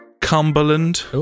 Cumberland